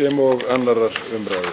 sem og 2. umr.